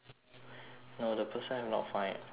no the person have not find found me yet